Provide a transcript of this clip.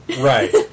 Right